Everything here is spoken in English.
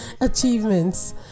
achievements